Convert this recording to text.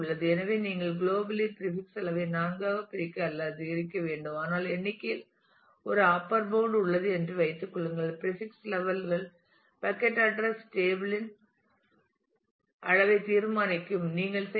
எனவே நீங்கள் globally prefix அளவை 4 ஆக பிரிக்க அல்லது அதிகரிக்க வேண்டும் ஆனால் எண்ணிக்கையில் ஒரு அப்பர் பவுண்ட் உள்ளது என்று வைத்துக் கொள்ளுங்கள் பிரீபிக்ஸ் லெவல் கள் பக்கட் அட்ரஸ் டேபிள் இன் அளவை தீர்மானிக்கும் நீங்கள் செய்யலாம்